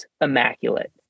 immaculate